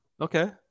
Okay